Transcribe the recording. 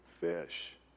fish